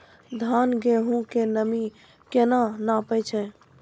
धान, गेहूँ के नमी केना नापै छै?